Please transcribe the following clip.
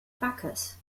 backus